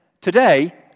Today